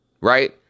right